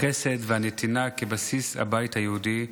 החסד והנתינה כבסיס הבית היהודי,